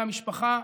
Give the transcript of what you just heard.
בני המשפחה,